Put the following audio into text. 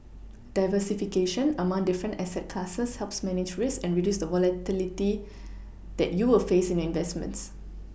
diversification among different asset classes helps manage risk and reduce the volatility that you will face in your investments